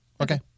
Okay